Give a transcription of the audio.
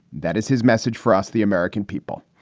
that is his message for us. the american people.